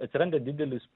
atsiranda didelis